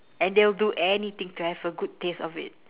and they will do anything to have a good taste of it